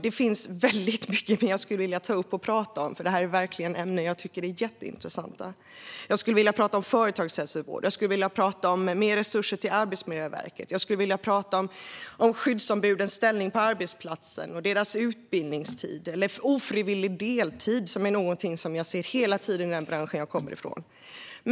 Det finns väldigt mycket mer jag skulle vilja ta upp och tala om, för detta är verkligen ämnen jag tycker är jätteintressanta. Jag skulle vilja tala om företagshälsovård, mer resurser till Arbetsmiljöverket, skyddsombudens ställning på arbetsplatsen och deras utbildningstid samt ofrivillig deltid, som jag ser hela tiden i den bransch jag kommer från.